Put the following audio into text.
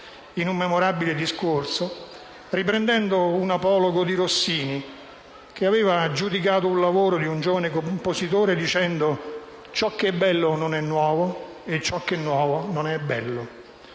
in un memorabile discorso, riprendendo un apologo di Rossini, che aveva giudicato il lavoro di un giovane compositore, dicendo: «Ciò che è bello non è nuovo e ciò che è nuovo non è bello».